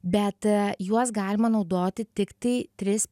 bet juos galima naudoti tiktai tris